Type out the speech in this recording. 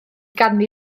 ganddi